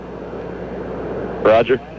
Roger